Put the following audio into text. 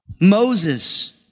Moses